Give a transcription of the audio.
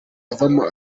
avamo